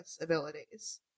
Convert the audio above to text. abilities